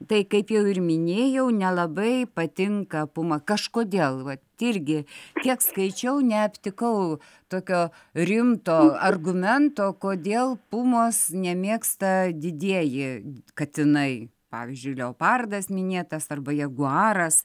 tai kaip jau ir minėjau nelabai patinka puma kažkodėl vat irgi kiek skaičiau neaptikau tokio rimto argumento kodėl pumos nemėgsta didieji katinai pavyzdžiui leopardas minėtas arba jaguaras